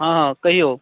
हँ कहियौ